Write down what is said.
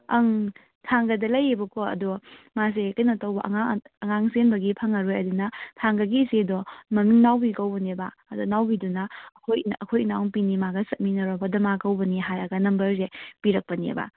ꯑꯪ ꯊꯥꯡꯒꯗ ꯂꯩꯕꯌꯦꯀꯣ ꯑꯗꯨ ꯃꯥꯁꯦ ꯀꯩꯅꯣ ꯇꯧꯕ ꯑꯉꯥꯡ ꯑꯉꯥꯡ ꯆꯦꯟꯕꯒꯤ ꯐꯪꯉꯔꯣꯏ ꯑꯗꯨꯅ ꯊꯥꯡꯒꯒꯤ ꯏꯆꯦꯗꯣ ꯃꯃꯤꯡ ꯅꯥꯎꯕꯤ ꯀꯧꯕꯅꯦꯕ ꯑꯗꯣ ꯅꯥꯎꯕꯤꯗꯨꯅ ꯑꯩꯈꯣꯏ ꯑꯩꯈꯣꯏ ꯏꯅꯥꯎꯄꯤꯅꯤ ꯃꯥꯒ ꯆꯠꯃꯤꯟꯅꯔꯣ ꯄꯗꯃꯥ ꯀꯧꯕꯅꯤ ꯍꯥꯏꯔꯒ ꯅꯝꯕꯔꯁꯦ ꯄꯤꯔꯛꯄꯅꯦꯕ